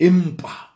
Impa